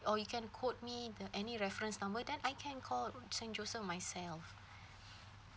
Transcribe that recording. or you can quote me the any reference number then I can call saint joseph myself